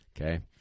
okay